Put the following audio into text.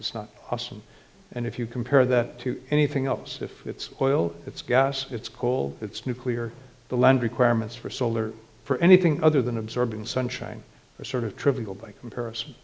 it's not austin and if you compare that to anything else if it's oil it's gas it's cold it's nuclear the land requirements for solar for anything other than absorbing sunshine are sort of trivial by comparison